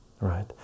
right